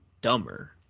dumber